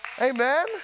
Amen